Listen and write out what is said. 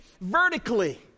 vertically